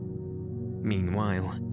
Meanwhile